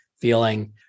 feeling